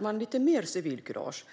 man mer civilkurage.